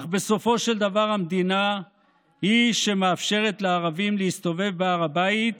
אך בסופו של דבר המדינה היא שמאפשרת לערבים להסתובב בהר הבית,